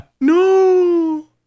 no